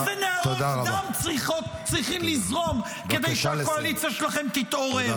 אילו נהרות דם צריכים לזרום כדי שהקואליציה שלכם תתעורר?